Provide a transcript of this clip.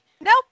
Nope